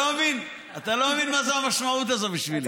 אתה לא מבין מה המשמעות בשבילי.